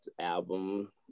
album